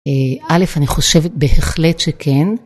א', אני חושבת בהחלט שכן.